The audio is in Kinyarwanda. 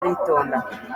aritonda